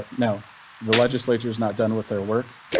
but now the legislature is not done with their work.